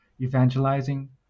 evangelizing